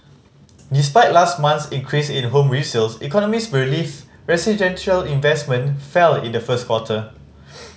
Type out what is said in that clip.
despite last month's increase in home resales economist believe residential investment fell in the first quarter